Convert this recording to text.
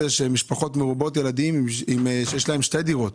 שהן משפחות מרובות ילדים שיש להן שתי דירות